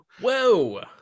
Whoa